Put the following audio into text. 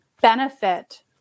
benefit